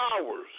hours